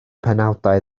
penawdau